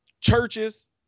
churches